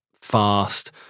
fast